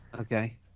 Okay